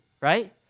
right